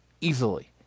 easily